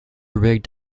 rigged